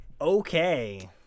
okay